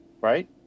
Right